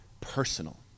Personal